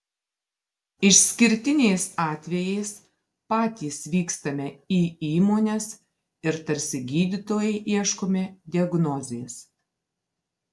išskirtiniais atvejais patys vykstame į įmones ir tarsi gydytojai ieškome diagnozės